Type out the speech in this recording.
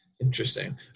interesting